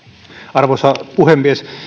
arvoisa puhemies